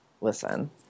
Listen